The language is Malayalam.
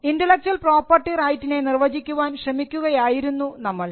ഇന്റെലക്ച്വൽ പ്രോപ്പർട്ടി റൈറ്റിനെ നിർവചിക്കുവാൻ ശ്രമിക്കുകയായിരുന്നു നമ്മൾ